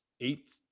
eight